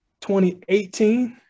2018